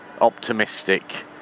optimistic